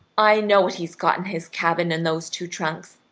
i know what he's got in his cabin in those two trunks,